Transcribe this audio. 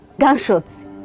gunshots